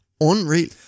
unreal